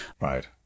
right